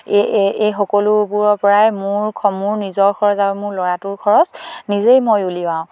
এই এই সকলোবোৰৰ পৰাই মোৰ মোৰ নিজৰ খৰচ আৰু মোৰ ল'ৰাটোৰ খৰচ নিজেই মই উলিয়াও